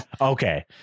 Okay